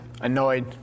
annoyed